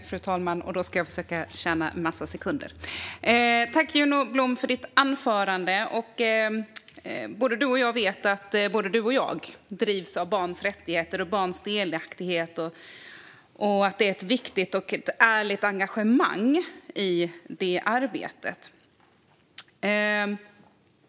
Fru talman! Tack, Juno Blom, för anförandet! Både du och jag vet att vi båda drivs av barns rättigheter och barns delaktighet och att det är ett viktigt och ärligt engagemang i arbetet.